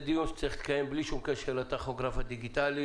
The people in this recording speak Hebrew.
שצריך לקיים בלי שום קשר לטכוגרף הדיגיטלי,